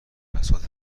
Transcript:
بساط